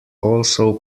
also